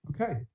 Okay